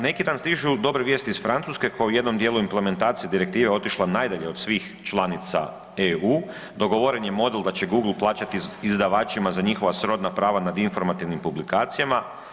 Neki dan stižu dobre vijesti iz Francuske koja je u jednom dijelu implementacije direktive otišla najdalje od svih članica EU, dogovoren je model da će Google plaćati izdavačima za njihova srodna prava nad informativnim publikacijama.